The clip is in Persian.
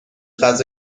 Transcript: غذا